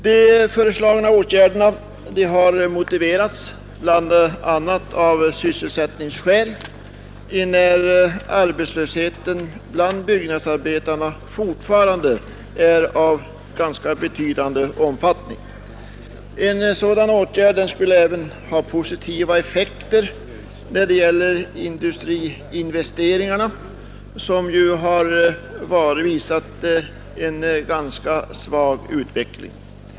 De föreslagna åtgärderna har motiverats av bl.a. sysselsättningsskäl enär arbetslösheten bland byggnadsarbetarna fortfarande är av ganska betydande omfattning. Sådana åtgärder skulle även få positiva effekter när det gäller industriinvesteringarna, som ju visat en ganska svag utveckling.